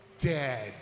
dead